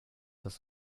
das